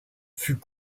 fut